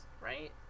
right